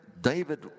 David